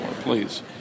please